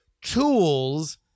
tools